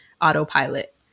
autopilot